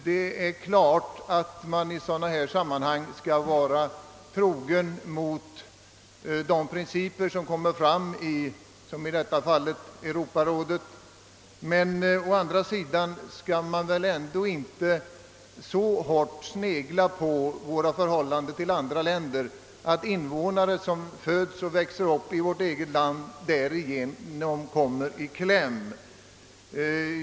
Det är klart att man i dylika sammanhang skall vara trogen de principer som kommer fram i t.ex. Europarådet, men å andra sidan skall man väl inte vara så bunden vid förhållandena till andra länder, att invånare som föds och växer upp i vårt eget land kommer i kläm.